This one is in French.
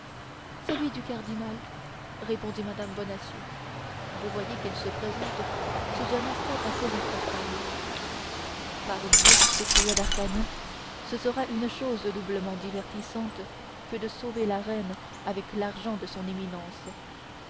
celui du cardinal répondit mme bonacieux vous voyez qu'il se présente sous un aspect assez respectable pardieu s'écria d'artagnan ce sera une chose doublement divertissante que de sauver la reine avec l'argent de son éminence